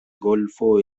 golfo